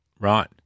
Right